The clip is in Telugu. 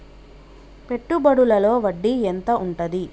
పెట్టుబడుల లో వడ్డీ ఎంత ఉంటది?